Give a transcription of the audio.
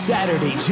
Saturday